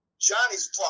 Johnny's